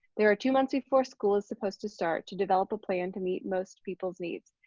there are two months before school is supposed to start to develop a plan to meet most people's needs.